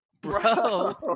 Bro